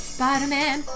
Spider-Man